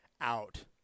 out